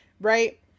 right